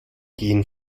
gehen